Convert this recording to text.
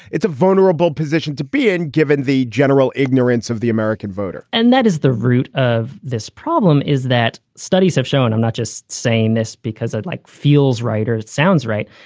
it's a vulnerable position to be in, given the general ignorance of the american voter and that is the root of this problem, is that studies have shown i'm not just saying this because i'd like feels writers sounds right.